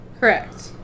Correct